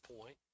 point